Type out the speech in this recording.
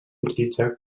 utilitzar